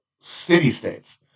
city-states